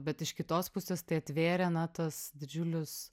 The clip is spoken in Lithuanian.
bet iš kitos pusės tai atvėrė na tas didžiulius